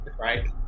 right